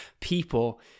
people